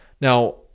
Now